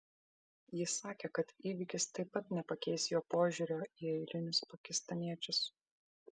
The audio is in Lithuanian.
jis sakė kad įvykis taip pat nepakeis jo požiūrio į eilinius pakistaniečius